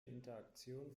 interaktion